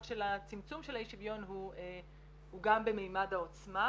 של צמצום האי שוויון הוא גם במימד העוצמה.